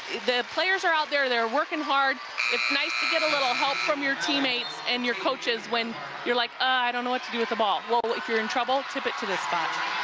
the players are out there. they're working hard it's nice to get a little help from your teammate and your coaches when you're like i don'tknow what to do with the ball well, if you're in trouble, giveit but to the spotter.